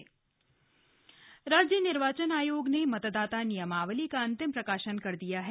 राज्य निर्वाचन आयोग राज्य निर्वाचन आयोग ने मतदाता नियमावली का अंतिम प्रकाशन कर दिया है